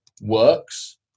works